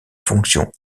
fonction